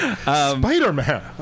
Spider-Man